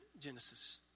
Genesis